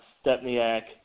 Stepniak